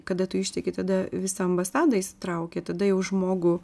kada tu išteki tada visa ambasada įsitraukia tada jau žmogų